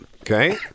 Okay